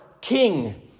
king